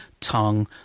tongue